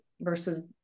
Versus